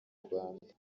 rwanda